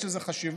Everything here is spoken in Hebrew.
יש לזה חשיבות,